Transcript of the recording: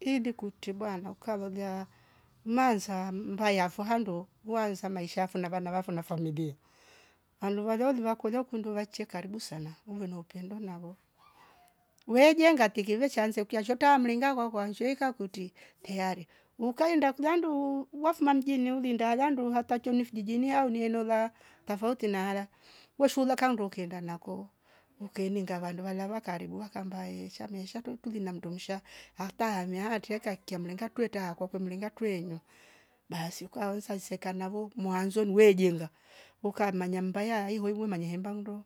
Idi kutibua na ukalolia masaa mbaya fo hando waanza maisha fo nava nava fo na familia anu valo uliva kulia ukundu vache karibu umi na upendo nalo we jenga tikive cha nsinge ukiya shota mringa kwakanshe weika kuti teyari ukaenda kulandu wafuma mjini ulindala ndu hata chu ni fijijini au nienola tafouti nala weshula kando kenda nako ukeninga vandu valava karibu wakamba ye sha mesha tuu- tuuntuli na mndungsha aka hamia hatie kakia mlenga tuwe ta kwake mringa tuenyi basi ukaanza iseke navo mwanzo we jenga uka manyambaya ivoivo manye hemba mndo